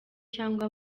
cyangwa